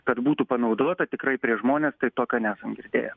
kad būtų panaudota tikrai prieš žmones tai tokio nesam girdėję